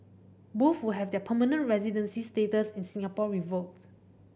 both will have their permanent residency status in Singapore revoked